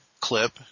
clip